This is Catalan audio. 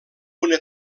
una